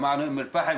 שמענו את אום אל פחם,